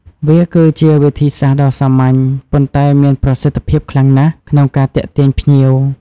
វាគឺជាវិធីសាស្ត្រដ៏សាមញ្ញ ប៉ុន្តែមានប្រសិទ្ធភាពខ្លាំងណាស់ក្នុងការទាក់ទាញភ្ញៀវ។